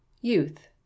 Youth